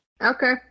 okay